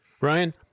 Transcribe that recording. Ryan